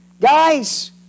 Guys